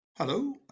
Hello